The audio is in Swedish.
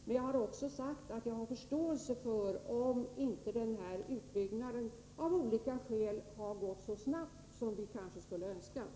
Men jag har också sagt att jag har förståelse för att utbyggnaden av olika skäl inte har gått så snabbt som vi kanske skulle ha önskat.